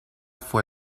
fue